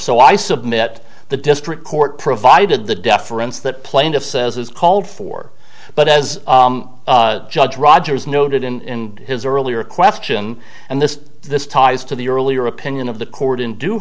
so i submit the district court provided the deference that plaintiff says is called for but as judge rogers noted in his earlier question and this this ties to the earlier opinion of the court and do